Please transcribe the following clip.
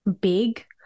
big